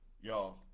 Y'all